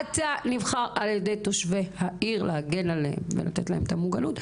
אתה נבחר על ידי תושבי העיר להגן עליהם ולתת להם מוגנות,